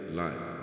life